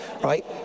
right